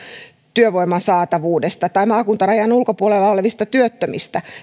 työvoiman saatavuudesta tai maakuntarajan ulkopuolella olevista työttömistä